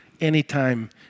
anytime